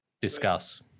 Discuss